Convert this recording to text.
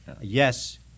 Yes